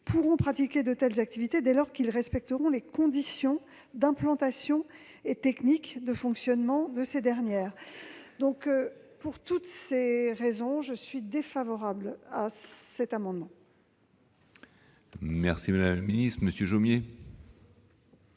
pourront pratiquer de telles activités dès lors qu'ils respecteront les conditions d'implantation et les techniques de fonctionnement de ces dernières. Pour toutes ces raisons, je suis défavorable à cet amendement. La parole est à M. Bernard Jomier,